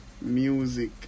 music